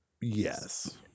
yes